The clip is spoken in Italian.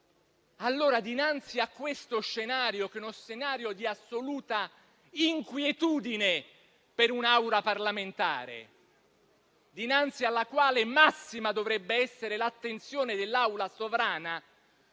Allora, dinanzi a questo scenario, di assoluta inquietudine per un'Assemblea parlamentare, dinanzi alla quale massima dovrebbe essere l'attenzione dell'Assemblea sovrana,